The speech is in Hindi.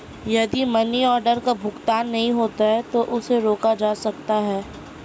यदि मनी आर्डर का भुगतान नहीं हुआ है तो उसे रोका जा सकता है